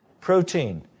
Protein